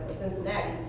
Cincinnati